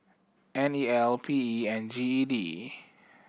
N E L P E and G E D